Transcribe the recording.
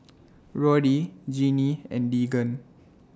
Roddy Genie and Deegan